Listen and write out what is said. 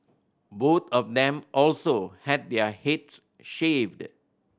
both of them also had their heads shaved